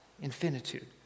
Infinitude